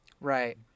Right